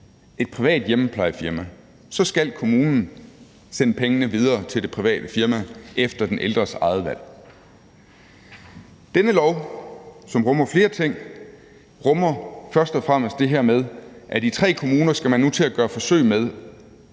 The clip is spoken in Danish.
et privat hjemmeplejefirma, så skal kommunen sende pengene videre til det private firma efter den ældres eget valg. Denne lov, som rummer flere ting, rummer først og fremmest det her med, at i tre kommuner skal man nu til at gøre forsøg med,